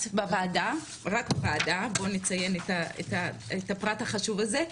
בוועדה רק וועדה בוא נציין את הפרט החשוב הזה,